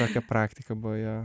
tokia praktika buvo jo